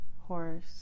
horse